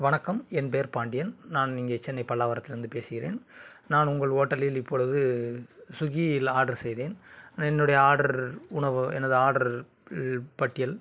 வணக்கம் என் பெயர் பாண்டியன் நான் இங்கே சென்னை பல்லாவரத்தில் இருந்து பேசுகிறேன் நான் உங்கள் ஹோட்டலில் இப்பொழுது ஸ்விகியில் ஆர்டர் செய்தேன் ஆனால் என்னுடைய ஆர்டர் உணவு எனது ஆர்டர் பி பட்டியல்